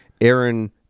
Aaron